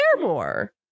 more